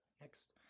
Next